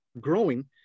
growing